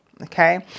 okay